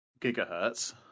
gigahertz